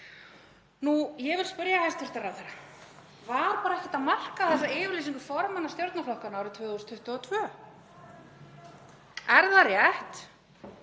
Ég vil spyrja hæstv. ráðherra: Var bara ekkert að marka þessa yfirlýsingu formanna stjórnarflokkanna árið 2022? Er það rétt